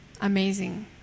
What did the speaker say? Amazing